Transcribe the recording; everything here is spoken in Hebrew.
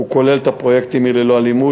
הוא כולל את הפרויקטים "עיר ללא אלימות",